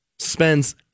spends